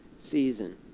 season